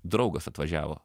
draugas atvažiavo